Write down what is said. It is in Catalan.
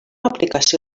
aplicació